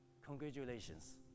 congratulations